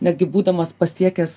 netgi būdamas pasiekęs